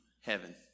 heaven